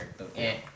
okay